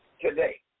today